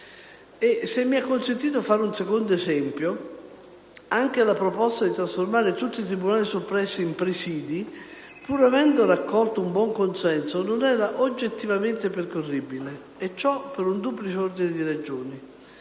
Se mi è consentito fare un secondo esempio, anche la proposta di trasformare tutti i tribunali soppressi in presìdi, pur avendo raccolto un buon consenso, non era oggettivamente percorribile, per un duplice ordine di ragioni.